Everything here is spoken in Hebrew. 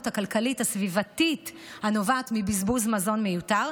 הכלכלית הסביבתית הנובעת מבזבוז מזון מיותר.